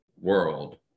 world